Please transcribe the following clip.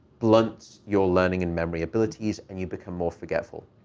blunts your learning and memory abilities and you become more forgetful.